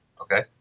Okay